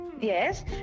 yes